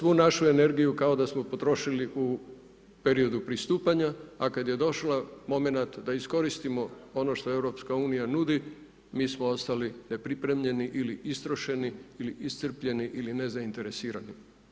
Sve, svu našu energiju kao da smo potrošili u periodu pristupanja a kad je došao moment da iskoristimo ono što EU nudi mi smo ostali nepripremljeni ili istrošeni ili iscrpljeni ili nezainteresirani.